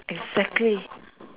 exactly